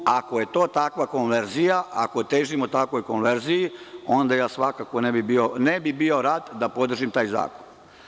Ako je to takva konverzija, ako težimo takvoj konverziji, onda ja svakako ne bih bio rad da podržim taj zakon.